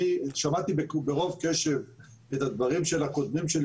אני שמעתי ברוב קשב את הדברים של קודמי,